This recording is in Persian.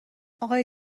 اقای